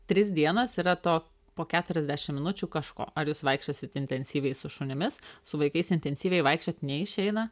trys dienos yra to po keturiasdešimt minučių kažko ar jūs vaikščiosit intensyviai su šunimis su vaikais intensyviai vaikščiot neišeina